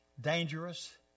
dangerous